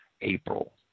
April